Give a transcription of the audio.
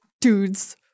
dudes